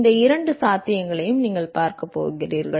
இந்த இரண்டு சாத்தியங்களையும் நீங்கள் பார்க்கப் போகிறீர்கள்